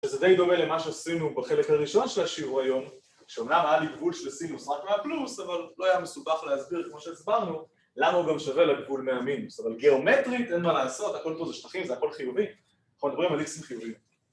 ‫וזה די דומה למה שעשינו ‫בחלק הראשון של השיעור היום, ‫שאומנם היה לי גבול של סינוס ‫רק מהפלוס, ‫אבל לא היה מסובך להסביר ‫כמו שהסברנו, ‫למה הוא גם שווה לגבול מהמינוס. ‫אבל גיאומטרית אין מה לעשות, ‫הכול פה זה שטחים, זה הכול חיובי. ‫אנחנו מדברים על איקסים חיוביים.